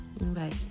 bye